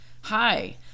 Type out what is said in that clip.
Hi